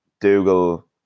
Dougal